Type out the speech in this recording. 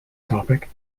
topic